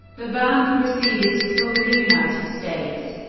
the band proceeded to tour the united states,